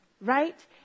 right